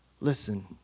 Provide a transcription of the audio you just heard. Listen